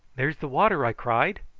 there's the water, i cried,